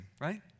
right